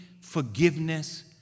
forgiveness